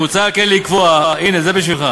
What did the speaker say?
מוצע על כן לקבוע, הנה, זה בשבילך,